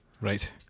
right